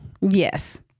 Yes